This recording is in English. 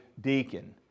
deacon